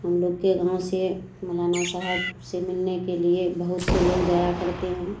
ہم لوگ کے گاؤں سے مولانا صاحب سے ملنے کے لیے بہت سے لوگ جایا کرتے ہیں